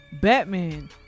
Batman